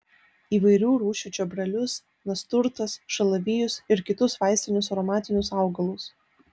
įvairių rūšių čiobrelius nasturtas šalavijus ir kitus vaistinius aromatinius augalus